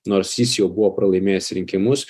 nors jis jau buvo pralaimėjęs rinkimus